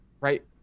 right